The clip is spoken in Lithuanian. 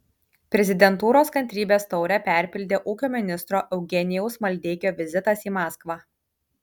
prezidentūros kantrybės taurę perpildė ūkio ministro eugenijaus maldeikio vizitas į maskvą